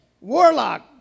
warlock